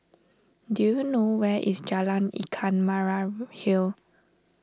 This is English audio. do you know where is Jalan Ikan Merah Hill